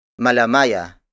Malamaya